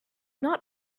not